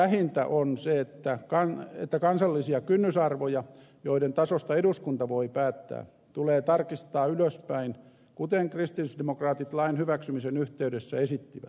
vähintä on se että kansallisia kynnysarvoja joiden tasosta eduskunta voi päättää tulee tarkistaa ylöspäin kuten kristillisdemokraatit lain hyväksymisen yhteydessä esittivät